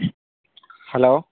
hello